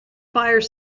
fire